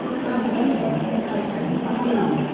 further reading clouston, b.